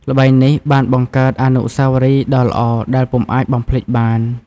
ល្បែងនេះបានបង្កើតអនុស្សាវរីយ៍ដ៏ល្អដែលពុំអាចបំភ្លេចបាន។